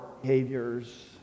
behaviors